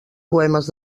poemes